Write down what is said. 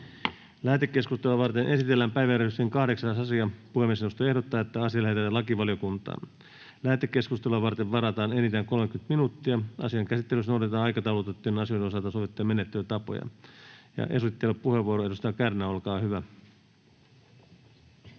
Lähetekeskustelua varten esitellään päiväjärjestyksen 9. asia. Puhemiesneuvosto ehdottaa, että asia lähetetään lakivaliokuntaan. Lähetekeskustelua varten varataan enintään 30 minuuttia. Asian käsittelyssä noudatetaan aikataulutettujen asioiden osalta sovittuja menettelytapoja. — Ja esittelypuheenvuoro, edustaja Kärnä, olkaa hyvä.